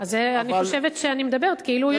אבל, אז אני חושבת שאני מדברת כאילו הוא יושב פה.